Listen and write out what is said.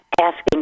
asking